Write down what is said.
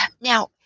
Now